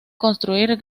construir